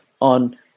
on